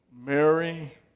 Mary